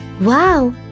Wow